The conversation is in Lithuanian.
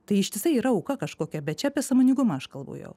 tai ištisai yra auka kažkokia bet čia apie sąmoningumą aš galvojau